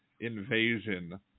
invasion